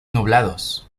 nublados